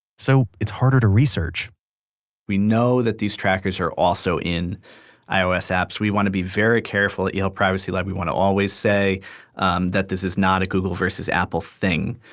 so it's harder to research we know that these trackers are also in ios apps. we want to be very careful, at yale privacy lab we want to always say um that this is not a google versus apple thing.